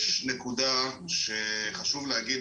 יש נקודה שחשוב להגיד.